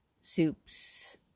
soups